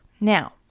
now